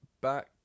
back